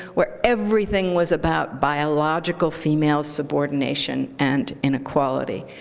where everything was about biological female subordination and inequality,